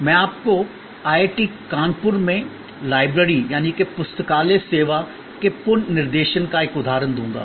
मैं आपको IIT कानपुर में पुस्तकालय सेवा के पुनर्निर्देशन का एक उदाहरण दूंगा